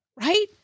right